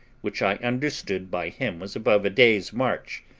which i understood by him was above a day's march,